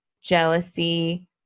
jealousy